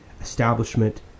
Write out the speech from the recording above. establishment